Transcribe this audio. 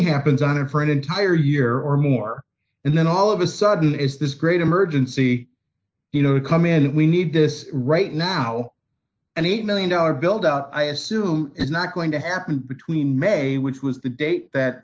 happens on and for an entire year or more and then all of a sudden it's this great emergency you know we come in we need this right now and the one million dollars build out i assume is not going to happen between may which was the date that